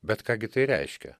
bet ką gi tai reiškia